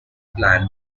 plan